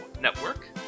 Network